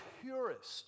purest